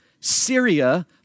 Syria